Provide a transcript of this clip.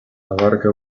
abarca